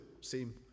seem